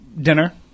dinner